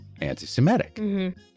anti-Semitic